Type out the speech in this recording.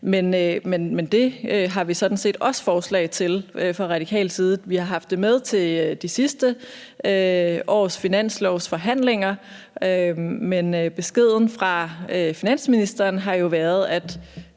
Men det har vi sådan set også forslag om fra Radikales side. Vi har haft det med til det sidste års finanslovsforhandlinger. Men beskeden fra finansministeren har jo været,